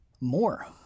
more